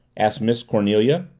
asked miss cornelia.